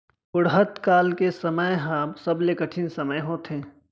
बुढ़त काल के समे ह सबले कठिन समे होथे